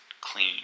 clean